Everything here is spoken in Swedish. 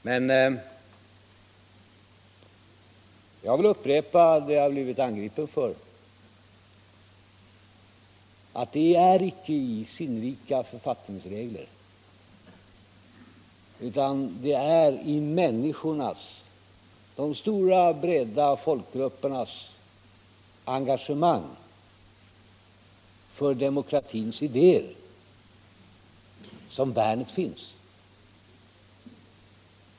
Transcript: Men jag vill upprepa det påstående jag blivit angripen för: Det är icke i sinnrika författningsregler utan det är i människornas, de breda folkgruppernas engagemang för demokratins idéer som värnet finns.